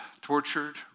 tortured